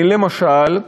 למשל,